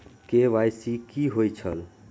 KYC कि होई छल?